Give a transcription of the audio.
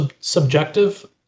subjective